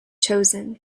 chosen